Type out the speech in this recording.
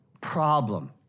problem